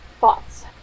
Thoughts